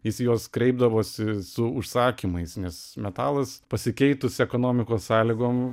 jis į juos kreipdavosi su užsakymais nes metalas pasikeitus ekonomikos sąlygom